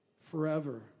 forever